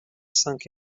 sunk